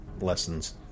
lessons